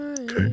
Okay